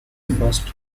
first